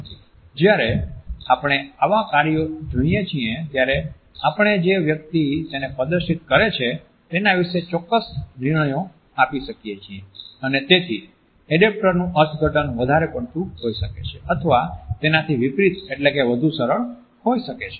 જ્યારે આપણે આવા કાર્યો જોઈએ છીએ ત્યારે આપણે જે વ્યક્તિ તેને પ્રદર્શિત કરે છે તેના વિશે ચોક્કસ નિર્ણયો આપી શકીએ છીએ અને તેથી એડેપ્ટરનુ અર્થઘટન વધારે પડતું હોઈ શકે છે અથવા તેનાથી વિપરીત એટલે કે વધુ સરળ હોય શકે છે